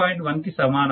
1 కి సమానము